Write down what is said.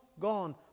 Gone